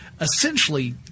essentially